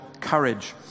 courage